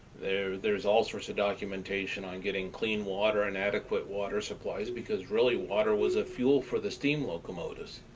there's all sorts of documentation on getting clean water and adequate water supplies because really water was a fuel for the steam locomotives.